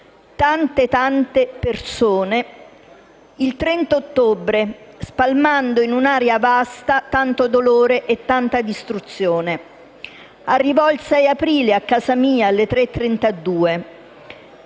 tante persone, il 30 ottobre, spalmando in un'area vasta tanto dolore e tanta distruzione. Arrivò il 6 aprile, a casa mia, alle ore